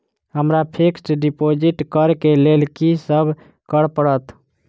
हमरा fix deposit करऽ केँ लेल की सब करऽ पड़त?